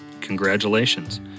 congratulations